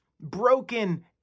broken